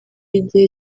igihe